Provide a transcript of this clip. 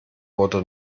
wurde